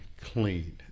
clean